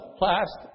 last